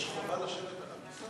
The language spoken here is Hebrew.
יש חובה לשבת?